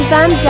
Van